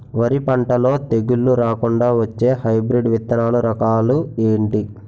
వరి పంటలో తెగుళ్లు రాకుండ వచ్చే హైబ్రిడ్ విత్తనాలు రకాలు ఏంటి?